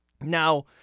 Now